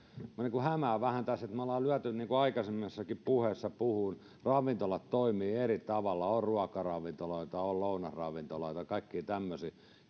kuin hämää vähän tässä että me olemme niin kuin aikaisemmassakin puheessa puhuin ravintolat toimivat eri tavalla on ruokaravintoloita on lounasravintoloita kaikkia tämmöisiä